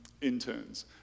interns